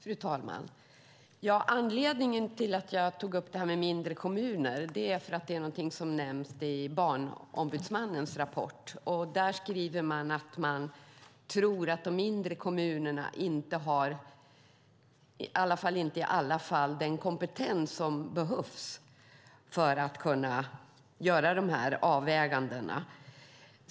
Fru talman! Anledningen till att jag tog upp detta med mindre kommuner är att det är någonting som nämns i Barnombudsmannens rapport. Där skriver man att man inte tror att de mindre kommunerna, åtminstone inte i alla fall, har den kompetens som behövs för att kunna göra dessa avväganden.